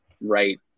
right